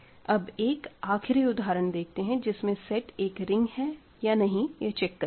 अब एक आखिरी उदाहरण देखते है जिसमें सेट एक रिंग है या नहीं चेक करेंगे